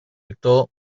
actor